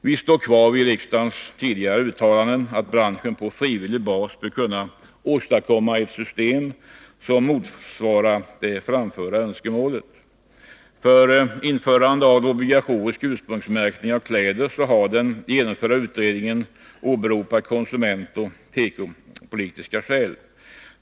Vi står kvar vid riksdagens tidigare Nr 168 uttalande, att branschen på frivillig bas bör kunna åstadkomma ett system som motsvarar det framförda önskemålet. För införande av obligatorisk ursprungsmärkning av kläder har den genomförda utredningen åberopat konsumentoch tekopolitiska skäl.